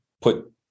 put